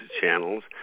channels